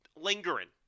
lingering